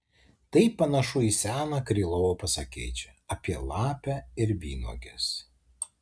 tai panašu į seną krylovo pasakėčią apie lapę ir vynuoges